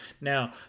Now